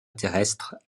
terrestres